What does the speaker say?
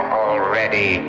already